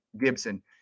Gibson